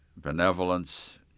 benevolence